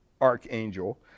archangel